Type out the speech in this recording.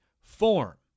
form